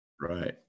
Right